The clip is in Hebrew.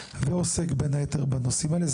ועוסק בין היתר בנשאים האלה.